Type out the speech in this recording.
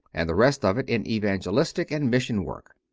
and the rest of it in evangelistic and mission work.